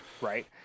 Right